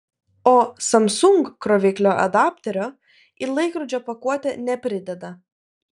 o samsung kroviklio adapterio į laikrodžio pakuotę neprideda